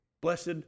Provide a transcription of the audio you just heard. blessed